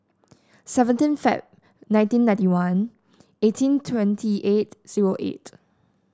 seventeen Feb nineteen ninety one eighteen twenty eight zero eight